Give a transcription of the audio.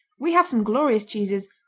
we have some glorious cheeses,